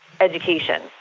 education